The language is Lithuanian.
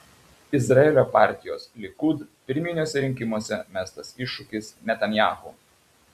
izraelio partijos likud pirminiuose rinkimuose mestas iššūkis netanyahu